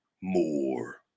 more